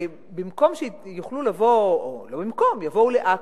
במקום שיבואו לעכו,